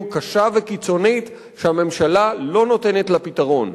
קשה וקיצונית שהממשלה לא נותנת לה פתרון.